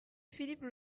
philippe